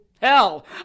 Hell